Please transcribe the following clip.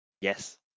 Yes